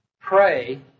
pray